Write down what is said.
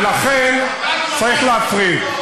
ולכן צריך להפריד.